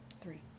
Three